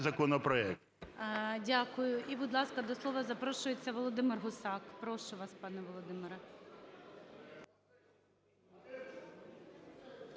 законопроект. ГОЛОВУЮЧИЙ. Дякую. І, будь ласка, до слова запрошується Володимир Гусак, прошу вас, пане Володимире.